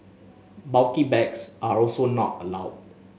bulky bags are also not allowed